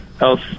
else